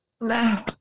Nah